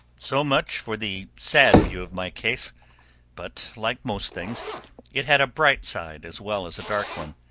so much for the sad view of my case but like most things it had a bright side as well as a dark one.